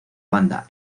banda